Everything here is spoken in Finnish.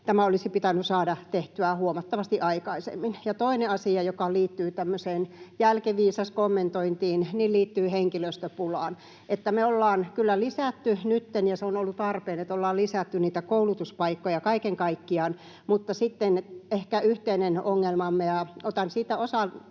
tämä olisi pitänyt saada tehtyä huomattavasti aikaisemmin. Toinen asia, joka liittyy tämmöiseen jälkiviisaskommentointiin, liittyy henkilöstöpulaan. Me ollaan kyllä lisätty nytten, ja se on ollut tarpeen, että ollaan lisätty, koulutuspaikkoja kaiken kaikkiaan, mutta sitten ehkä yhteinen ongelmamme on — ja otan siitä osan